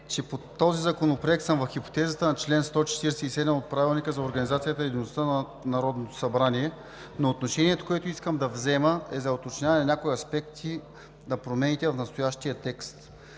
че по този законопроект съм в хипотезата на чл. 147 от Правилника за организацията и дейността на Народното събрание, но отношението, което искам да взема, е за уточняване на някои аспекти на промените в настоящия текст.